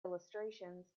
illustrations